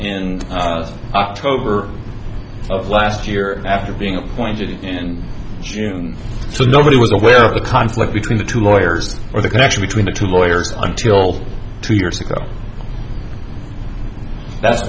in october of last year after being appointed in june so nobody was aware of the conflict between the two lawyers or the connection between the two lawyers until two years ago that's